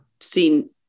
seen